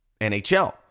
NHL